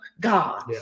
God